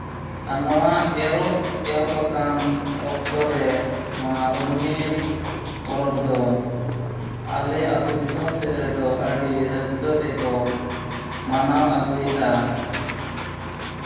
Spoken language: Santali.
ᱟᱨ ᱱᱚᱣᱟ ᱮᱨᱚᱜ ᱮᱦᱚᱵ ᱟᱠᱟᱱ ᱚᱠᱛᱚ ᱨᱮ ᱱᱚᱣᱟ ᱨᱳᱦᱱᱤ ᱯᱚᱨᱚᱵᱽ ᱫᱚ ᱟᱞᱮ ᱟᱹᱛᱩ ᱫᱤᱥᱚᱢ ᱥᱮᱫ ᱨᱮᱫᱚ ᱟᱹᱰᱤ ᱨᱟᱹᱥᱠᱟᱹ ᱛᱮᱠᱚ ᱢᱟᱱᱟᱣ ᱟᱹᱜᱩᱭᱮᱫᱟ